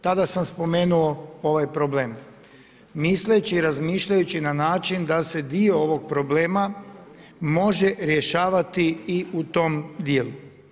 Tada sam spomenuo ovaj problem misleći i razmišljajući na način da se dio ovog problema može rješavati i u tom dijelu.